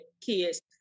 kids